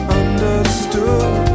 understood